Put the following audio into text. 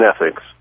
ethics